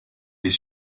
est